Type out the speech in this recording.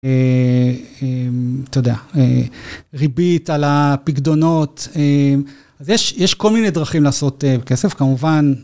אתה יודע, ריבית על הפקדונות. אז יש יש כל מיני דרכים לעשות בכסף, כמובן.